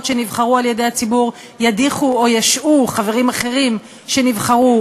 שנבחרו על-ידי הציבור ידיחו או ישעו חברים אחרים שנבחרו